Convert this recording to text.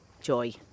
joy